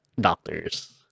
doctors